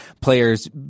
players